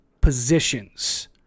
positions